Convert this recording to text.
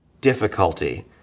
difficulty